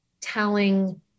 telling